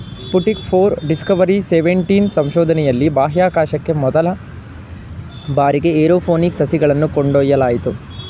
Sputnik four, Discovery seventeen ಸಂಶೋಧನೆಯಲ್ಲಿ ಬಾಹ್ಯಾಕಾಶಕ್ಕೆ ಮೊದಲ ಬಾರಿಗೆ ಏರೋಪೋನಿಕ್ ಸಸಿಗಳನ್ನು ಕೊಂಡೊಯ್ಯಲಾಯಿತು